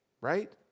right